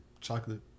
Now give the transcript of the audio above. chocolate